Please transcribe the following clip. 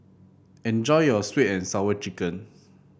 enjoy your sweet and Sour Chicken